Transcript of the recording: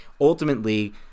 ultimately